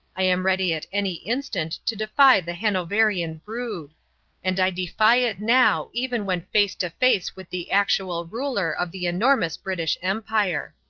i am ready at any instant to defy the hanoverian brood and i defy it now even when face to face with the actual ruler of the enormous british empire!